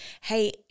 hey